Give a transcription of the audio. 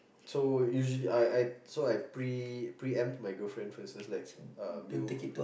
so usually I I so I pre~ preempt my girlfriend first so I was like